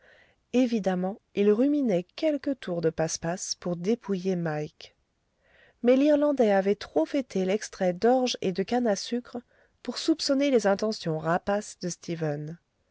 évidemment il ruminait quelque tour de passe-passe pour dépouiller mike mais l'irlandais avait trop fêté l'extrait d'orge et de canne à sucre pour soupçonner les intentions rapaces de stephen